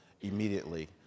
immediately